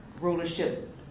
rulership